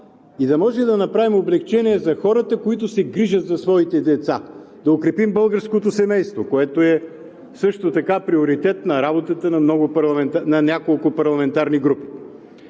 да може да направим облекчение за хората, които се грижат за своите деца, да укрепим българското семейство, което също така е приоритет на работата на няколко парламентарни групи.